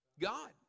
God